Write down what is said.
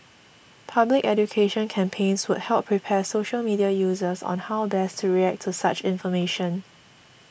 public education campaigns would help prepare social media users on how best to react to such information